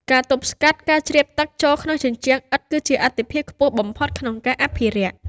ការទប់ស្កាត់ការជ្រាបទឹកចូលក្នុងជញ្ជាំងឥដ្ឋ គឺជាអាទិភាពខ្ពស់បំផុតក្នុងការអភិរក្ស។